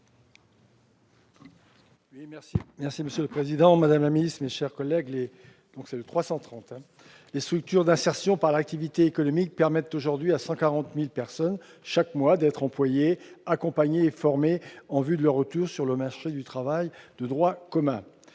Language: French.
est ainsi libellé : La parole est à M. Yves Daudigny. Les structures d'insertion par l'activité économique permettent aujourd'hui à 140 000 personnes chaque mois d'être employées, accompagnées et formées en vue de leur retour sur le marché du travail de droit commun.